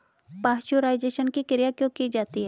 Pasteurisation की क्रिया क्यों की जाती है?